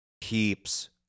keeps